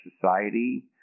Society